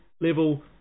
level